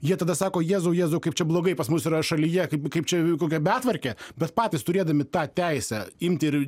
jie tada sako jėzau jėzau kaip čia blogai pas mus yra šalyje kaip kaip čia kokia betvarkė bet patys turėdami tą teisę imti ir